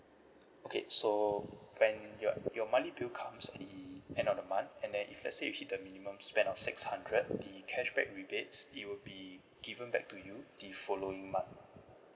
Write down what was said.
okay so when your your monthly bill comes at the end of the month and then if let's say you hit the minimum spend of six hundred the cashback rebates it will be given back to you the following month